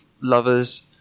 lovers